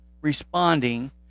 responding